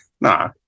Nah